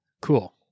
Cool